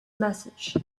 message